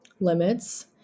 limits